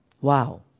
Wow